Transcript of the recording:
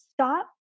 stop